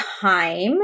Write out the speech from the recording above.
time